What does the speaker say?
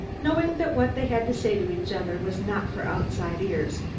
knowing that what they had to say to each other was not for outside ears,